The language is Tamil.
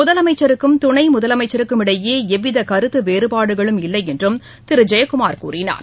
முதலனமச்சருக்கும் துணை முதலமைச்சருக்கும் இடையே எவ்வித கருத்து வேறுபாடுகளும் இல்லை என்றும் திரு ஜெயக்குமார் கூறினார்